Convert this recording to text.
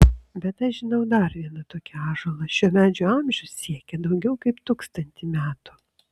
bet aš žinau dar vieną tokį ąžuolą šio medžio amžius siekia daugiau kaip tūkstantį metų